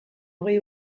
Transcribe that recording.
hogei